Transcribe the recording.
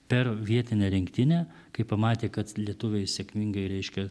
per vietinę rinktinę kai pamatė kad lietuviai sėkmingai reiškia